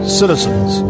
citizens